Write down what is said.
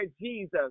jesus